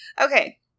Okay